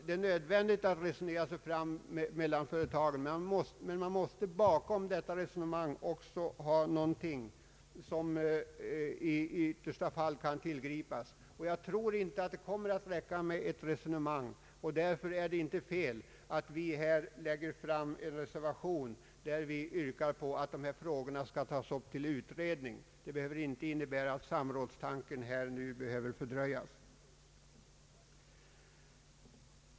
Det är nödvändigt att resonera sig fram i detta sammanhang, men vi måste bakom resonemanget ha någonting som i yttersta nödfall kan tillgripas. Jag tror inte att det alla gånger kommer att räcka med ett resonemang, och det är därför inte något fel att avge en reservation i vilken vi yrkar på att frågan om etableringskontroll skall tas upp till utredning. Detta behöver inte innebära att samrådstanken skall fördröjas.